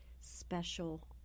special